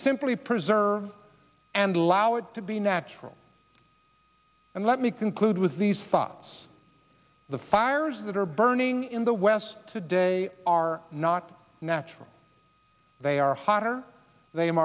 simply preserve and allow it to be natural and let me conclude with these thoughts the fires that are burning in the west today are not natural they are hotter